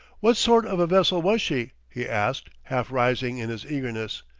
what sort of a vessel was she? he asked, half rising in his eagerness.